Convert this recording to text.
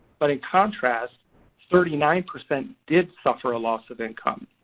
but in contrast thirty nine percent did suffer a loss of income.